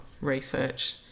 research